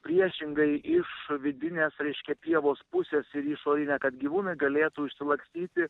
priešingai iš vidinės reiškia pievos pusės ir į išorinę kad gyvūnai galėtų išsilakstyti